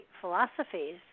philosophies